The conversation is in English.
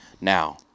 Now